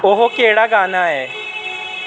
ओह् केह्ड़ा गाना ऐ